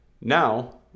Now